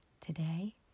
Today